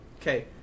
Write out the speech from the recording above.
Okay